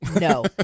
no